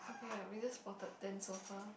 ya we just spotted ten so far